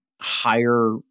higher